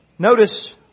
Notice